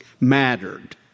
mattered